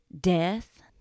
death